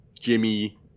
Jimmy